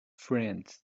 friends